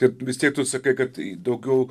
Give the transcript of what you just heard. ir vis tiek tu sakai kad tai daugiau